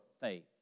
faith